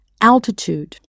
altitude